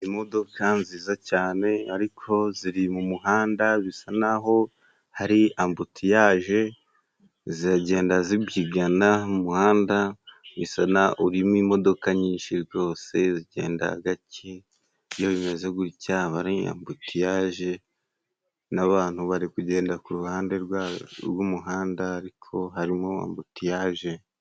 imodoka nziza cyane, ariko ziri mu muhanda, bisa naho ambutuyaje, ziragenda zibyigana mu muhanda, bisa naho urimo imodoka nyinshi, zose zigenda gake, iyo bimeze gutya aba ari ambutuyage, n'abantu bari kugenda ku ruhande rw'umuhanda ariko harimo ambutiyaje.